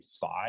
five